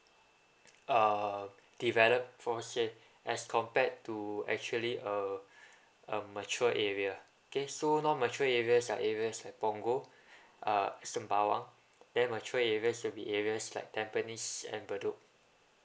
err developed for stay as compared to actually uh a mature area okay so non mature areas are areas like punggol uh sembawang then mature areas will be areas like tampines and bedok